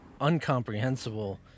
uncomprehensible